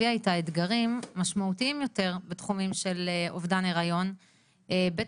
היא הביאה איתה אתגרים משמעותיים יותר בתחומים של אובדן היריון ובטח